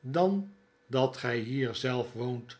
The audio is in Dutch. dan dat gij hier zelf woont